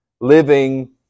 living